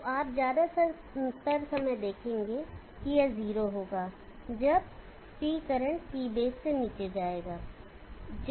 तो आप ज्यादातर समय देखेंगे कि यह 0 होगा जब P करंट P बेस से नीचे जाएगा